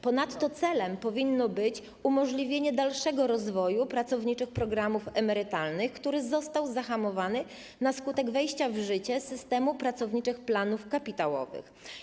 Ponadto celem powinno być umożliwienie dalszego rozwoju systemu pracowniczych programów emerytalnych, który został zahamowany na skutek wejścia w życie systemu pracowniczych planów kapitałowych.